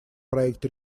проект